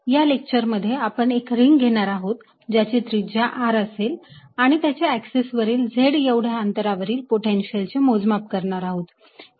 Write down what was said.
या लेक्चर मध्ये आपण एक रिंग घेणार आहोत ज्याची त्रिज्या r असेल आणि त्याच्या एक्सिस वरील z एवढ्या अंतरावरील पोटेन्शियल चे मोजमाप करणार आहोत